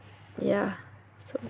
ya so